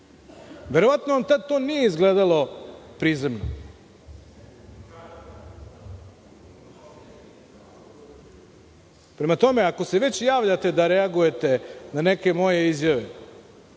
Verovatno vam tada to nije izgledalo prizemno. Prema tome, ako se već javljate da reagujete na neke moje izjave,